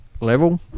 level